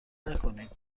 نکنید